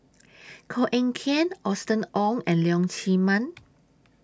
Koh Eng Kian Austen Ong and Leong Chee Mun